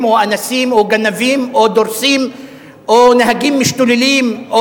או אנסים או גנבים או דורסים או נהגים משתוללים,